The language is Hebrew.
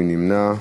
מי נמנע?